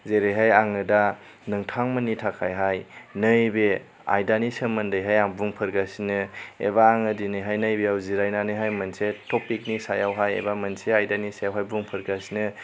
जेरैहाय आङो दा नोंथांमोननि थाखाइहाय नैबे आयदानि सोमोन्दैहाय आं बुंफोरगासिनो एबा आङो दिनैहाय नैबेयाव जिरायनानैहाय मोनसे थफिकनि सायावहाय एबा मोनसे आयदानि सायावहाय बुंफोरगासिनो